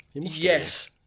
Yes